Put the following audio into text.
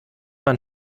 man